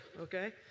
okay